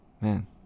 man